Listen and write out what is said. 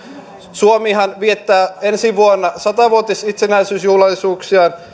suomihan viettää ensi vuonna sata vuotisitsenäisyysjuhlallisuuksiaan